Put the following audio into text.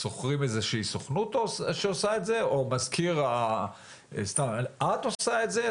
שוכרים איזו שהיא סוכנות שעושה את זה או את עושה את זה?